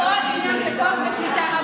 הכול עניין של כוח ושליטה,